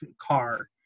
car